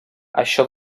això